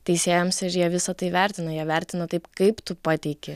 teisėjams ir jie visa tai vertina jie vertina taip kaip tu pateiki